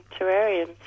terrariums